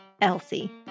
Elsie